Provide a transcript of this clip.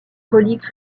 relique